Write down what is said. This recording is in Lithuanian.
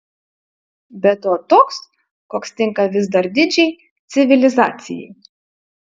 be to toks koks tinka vis dar didžiai civilizacijai